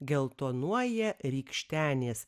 geltonuoja rykštenės